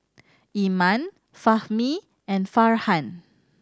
Iman Fahmi and Farhan